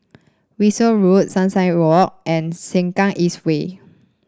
Wolskel Road Sunrise Walk and Sengkang East Way